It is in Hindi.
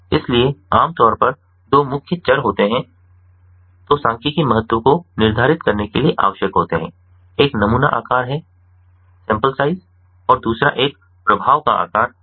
इसलिए आम तौर पर दो मुख्य चर होते हैं जो सांख्यिकीय महत्व को निर्धारित करने के लिए आवश्यक होते हैं एक नमूना आकार है दूसरा एक प्रभाव का आकार है